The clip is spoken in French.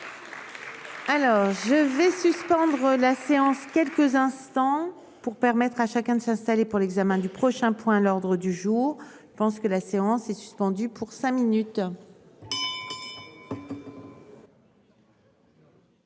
adopté. Je vais suspendre la séance, quelques instants. Pour permettre à chacun de s'installer pour l'examen du prochain point à l'ordre du jour, pense que la séance est suspendue pour cinq minutes.